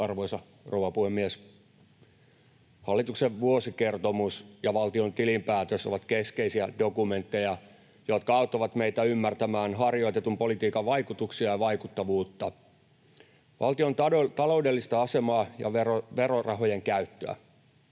Arvoisa rouva puhemies! Hallituksen vuosikertomus ja valtion tilinpäätös ovat keskeisiä dokumentteja, jotka auttavat meitä ymmärtämään harjoitetun politiikan vaikutuksia ja vaikuttavuutta, valtion taloudellista asemaa ja verorahojen käyttöä.